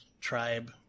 tribe